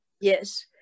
Yes